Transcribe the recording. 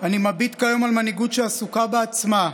אני מביט כיום על מנהיגות שעסוקה בעצמה",